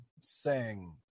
sang